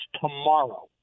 tomorrow